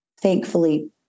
thankfully